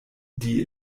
die